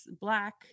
Black